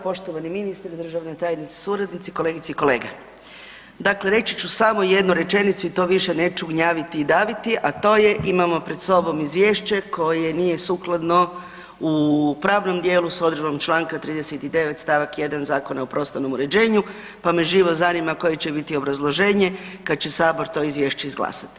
Poštovani ministre, državni tajnici, suradnici, kolegice i kolege, dakle reći ću samo jednu rečenicu i to više neću gnjaviti i daviti, a to je imamo pred sobom izvješće koje nije sukladno u pravnom dijelu s odredbom Članka 39. stavak 1. Zakona o prostornom uređenju, pa me živo zanima koje će biti obrazloženje kad će sabor to izvješće izglasati.